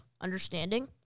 Understanding